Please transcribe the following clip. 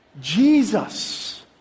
Jesus